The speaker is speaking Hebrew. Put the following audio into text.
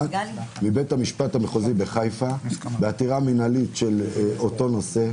מבית המשפט המחוזי בחיפה בעתירה מינהלית באותו נושא.